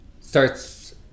starts